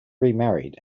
remarried